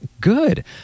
good